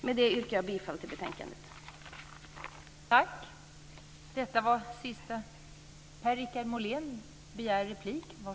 Med det yrkar jag bifall till utskottets hemställan.